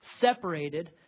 separated